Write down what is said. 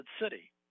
city